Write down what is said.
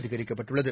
அதிகரிக்கப்பட்டுள்ளது